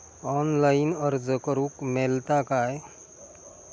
Online अर्ज करूक मेलता काय?